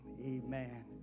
amen